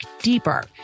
deeper